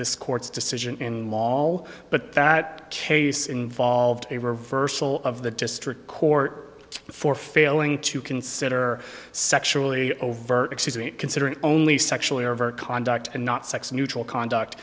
this court's decision in all but that case involved a reversal of the district court for failing to consider sexually overt acts considered only sexually overt conduct and not sex neutral conduct